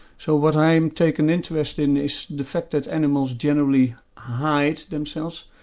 so what i take an interest in is the fact that animals generally hide themselves,